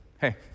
hey